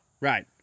Right